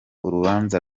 urubanza